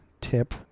tip